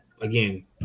again